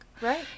right